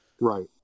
Right